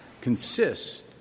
consists